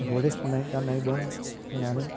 लरेक्स होननाय गाननाय दं होनानै